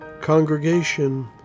congregation